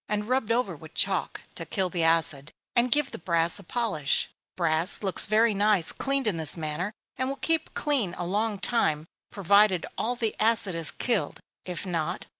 and rubbed over with chalk, to kill the acid, and give the brass a polish. brass looks very nice cleaned in this manner, and will keep clean a long time, provided all the acid is killed if not,